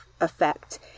effect